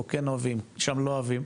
פה כן אוהבים, שם לא אוהבים.